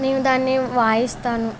నేను దాన్ని వాయిస్తాను